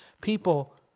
people